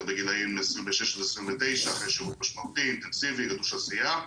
בגילאים 26-29 אחרי שירות משמעותי אינטנסיבי גדוש עשיה.